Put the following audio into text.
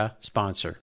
sponsor